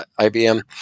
IBM